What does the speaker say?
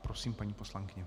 Prosím, paní poslankyně.